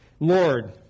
Lord